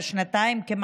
וזה ידוע בכל העולם,